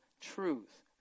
truth